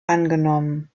angenommen